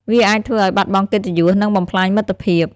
វាអាចធ្វើឲ្យបាត់បង់កិត្តិយស និងបំផ្លាញមិត្តភាព។